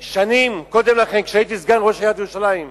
שנים קודם לכן, כשהייתי סגן ראש עיריית ירושלים,